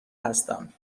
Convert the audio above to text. هستم